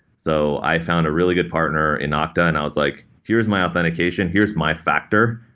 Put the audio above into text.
so i found a really good partner in ah okta and i was like, here is my authentication. here is my factor.